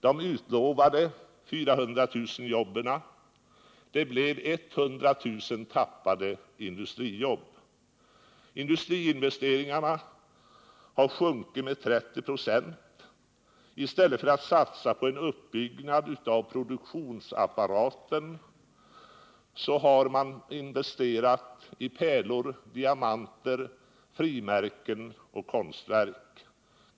De utlovade 400 000 jobben blev 100 000 förlorade industrijobb. Industriinvesteringarna har sjunkit med 30 96. I stället för att satsa på en uppbyggnad av produktionsapparaten har man investerat i pärlor, diamanter, frimärken och konstverk.